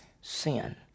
sin